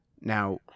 Now